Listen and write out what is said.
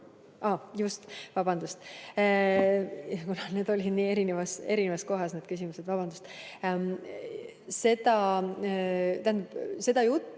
just, vabandust! Need olid nii erinevas kohas need küsimused, vabandust! Seda juttu